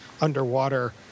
underwater